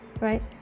right